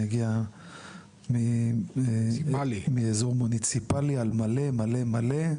מגיע מאזור מוניציפלי על מלא מלא מלא.